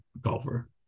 golfer